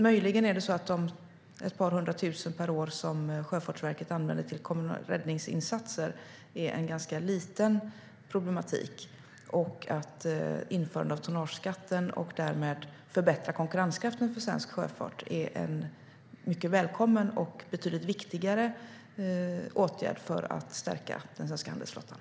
Möjligen är det par hundra tusen kronor per år som Sjöfartsverket använder till kommunala räddningsinsatser en ganska liten problematik, medan införandet av tonnageskatten och att därmed förbättra konkurrenssituationen för svensk sjöfart är en mycket välkommen och betydligt viktigare åtgärd för att stärka den svenska handelsflottan.